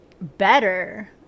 better